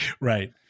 Right